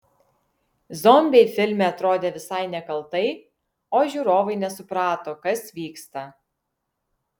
zombiai filme atrodė visai nekaltai o žiūrovai nesuprato kas vyksta